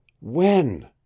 When